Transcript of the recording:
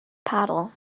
paddle